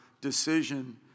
decision